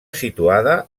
situada